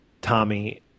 Tommy